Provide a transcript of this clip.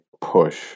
push